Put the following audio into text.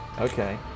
Okay